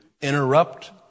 interrupt